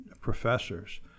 professors